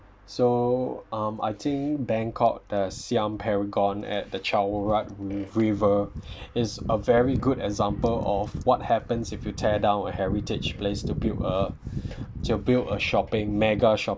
so um I think bangkok the siam paragon at the chao phraya river is a very good example of what happens if you tear down a heritage place to build a to build a shopping mega